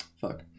Fuck